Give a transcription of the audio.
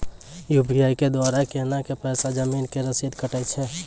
UPI के द्वारा केना कऽ पैसा जमीन के रसीद कटैय छै?